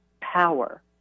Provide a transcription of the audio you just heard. power